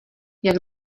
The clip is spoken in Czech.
jak